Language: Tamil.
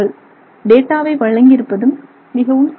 அதன் தகவல் வழங்கியிருப்பதும் மிகவும் சிறப்பு அம்சம்